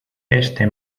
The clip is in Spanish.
este